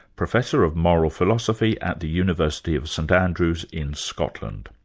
professor of moral philosophy at the university of st andrews, in scotland.